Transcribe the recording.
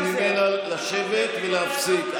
אז ביקשתי ממנה לשבת ולהפסיק.